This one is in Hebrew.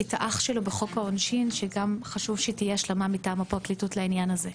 האח שלו בחוק העונשין שגם חשוב שתהיה השלמה מטעם הפרקליטות לעניין הזה.